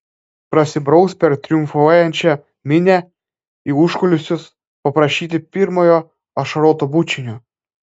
prasibraus per triumfuojančią minią į užkulisius paprašyti pirmojo ašaroto bučinio